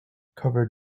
covered